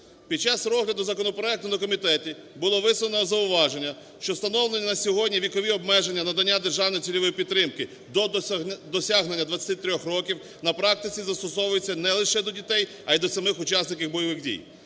Під час розгляду законопроекту на комітеті було висунене зауваження, що встановлені на сьогодні вікові обмеження надання державної цільової підтримки до досягнення 23 років, на практиці застосовується не лише до дітей, а і до самих учасників бойових дій.